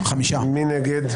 מי נגד?